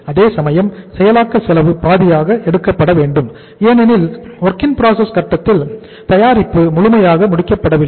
அதேசமயம் செயலாக்க செலவு பாதியாக எடுக்கப்படவேண்டும் ஏனெனில் WIP கட்டத்தில் தயாரிப்பு முழுமையாக முடிக்கப்படவில்லை